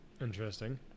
Interesting